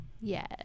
Yes